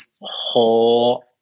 whole